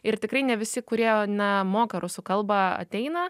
ir tikrai ne visi kurie na moka rusų kalbą ateina